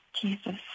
jesus